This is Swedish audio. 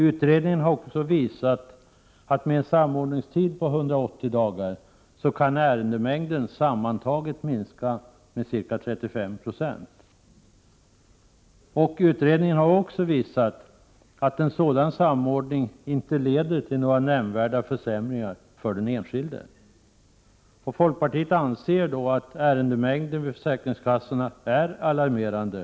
Utredningen har också visat att med en samordningstid på 180 dagar kan ärendemängden sammantaget minskas med ca 35 96. Vidare visar utredningen att en sådan samordning inte leder till några nämnvärda försämringar för den enskilde. Vi i folkpartiet anser att ärendemängden vid försäkringskassorna är alarmerande.